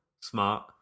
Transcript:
smart